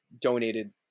donated